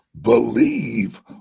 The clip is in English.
believe